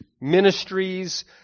ministries